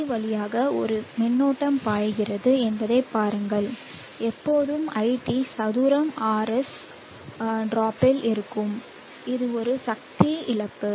D வழியாக ஒரு மின்னோட்டம் பாய்கிறது என்பதைப் பாருங்கள் எப்போதும் iT சதுரம் RS டிராப்பில் இருக்கும் இது ஒரு சக்தி இழப்பு